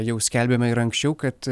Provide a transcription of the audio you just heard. jau skelbėme ir anksčiau kad